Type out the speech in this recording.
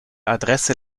adresse